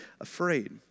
afraid